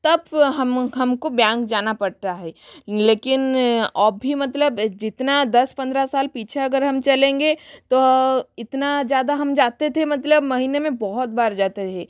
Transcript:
तब हम हमको बेआँक जाना पड़ता है लेकिन अभी मतलब जितना दस पंद्रह साल पीछे अगर हम चलेंगे तो इतना ज़्यादा हम जाते थे मतलब महीने में बहुत बार जाते थे